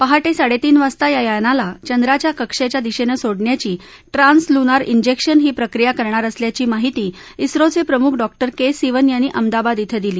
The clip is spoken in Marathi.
पहाटे साडेतीन वाजता या यानाला चंद्राच्या कक्षेच्या दिशेनं सोडण्याची ट्रान्स लुनार इंजेक्शन ही प्रक्रिया करणार असल्याची माहिती इस्रोचे प्रमुख डॉक्टर के सिवन यांनी अहमदाबाद इथं दिली